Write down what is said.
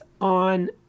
on